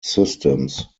systems